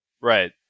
Right